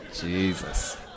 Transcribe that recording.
Jesus